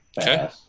okay